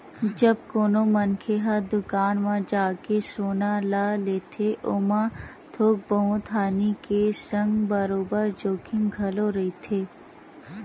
जब कोनो मनखे ह दुकान म जाके सोना ल लेथे ओमा थोक बहुत हानि के संग बरोबर जोखिम घलो रहिथे